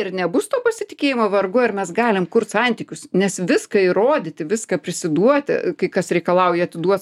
ir nebus to pasitikėjimo vargu ar mes galim kurt santykius nes viską įrodyti viską prisiduoti kai kas reikalauja atiduos